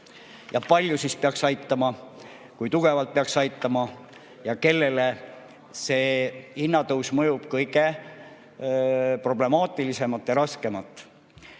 kui palju peaks aitama, kui tugevalt peaks aitama ning kellele see hinnatõus mõjub kõige problemaatilisemalt ja raskemalt.